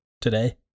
today